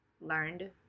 learned